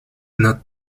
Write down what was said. not